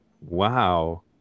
Wow